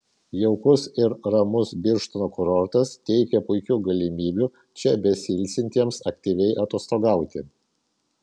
jaukus ir ramus birštono kurortas teikia puikių galimybių čia besiilsintiems aktyviai atostogauti